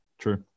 true